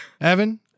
Evan